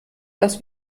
dass